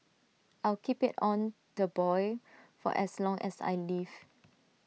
I'll keep IT on the boil for as long as I live